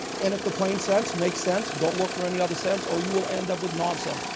and if the plain sense makes sense, don't look for any other sense or you will end up with nonsense.